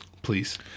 Please